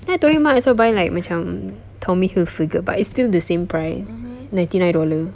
then I told you might as well buy like macam Tommy Hilfiger but it's still the same price ninety nine dollar